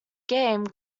game